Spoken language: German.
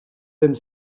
den